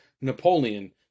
Napoleon